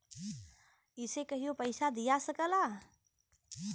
इसे कहियों पइसा दिया सकला